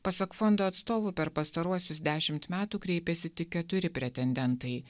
pasak fondo atstovų per pastaruosius dešimt metų kreipėsi tik keturi pretendentai